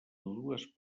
dues